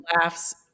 laughs